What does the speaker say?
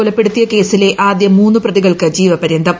കൊലപ്പെടുത്തിയ കേസിലെ ആദ്യ മൂന്ന് പ്രതികൾക്ക് ജീവപരൃന്തം